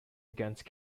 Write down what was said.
against